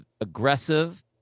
aggressive